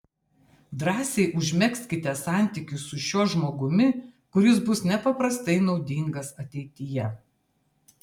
drąsiai užmegzkite santykius su šiuo žmogumi kuris bus nepaprastai naudingas ateityje